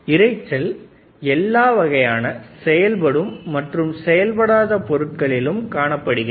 இரைச்சல் எல்லா வகையான செயல்படும் மற்றும் செயல்படாத பொருட்களிலும் காணப்படுகிறது